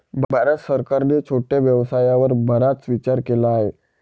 भारत सरकारने छोट्या व्यवसायावर बराच विचार केला आहे